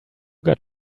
got